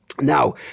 Now